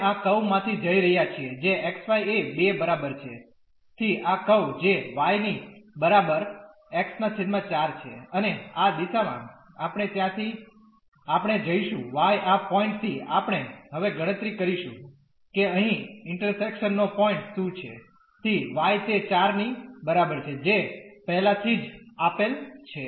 આપણે આ કર્વ માંથી જઈ રહ્યા છીએ જે xy એ 2 બરાબર છે થી આ કર્વ જે y ની ની બરાબર x4 છે અને આ દિશામાં આપણે ત્યાંથી આપણે જઈશું y આ પોઈન્ટ થી આપણે હવે ગણતરી કરીશું કે અહીં ઇન્ટરેકશન નો પોઈન્ટ શું છે થી y તે 4 ની બરાબર છે જે પહેલાથી જ આપેલ છે